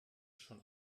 schon